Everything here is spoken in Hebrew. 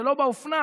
זה כבר לא באופנה.